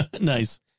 nice